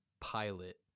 pilot